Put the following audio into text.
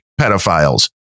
pedophiles